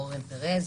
אורן פרז,